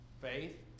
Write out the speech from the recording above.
faith